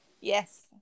Yes